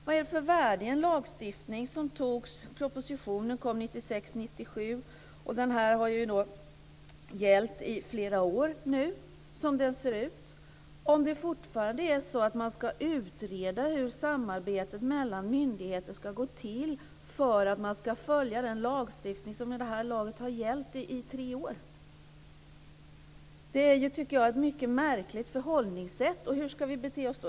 Vad är det för värde i en lagstiftning som riksdagen fattade beslut om med anledning av en proposition som lades fram 1996/97 - denna lagstiftning har nu gällt i flera år - om det fortfarande är så att man ska utreda hur samarbetet mellan myndigheter ska gå till för att man ska följa den lagstiftning som vid det här laget har gällt i tre år? Jag tycker att det är ett mycket märkligt förhållningssätt. Hur ska vi då bete oss?